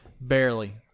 Barely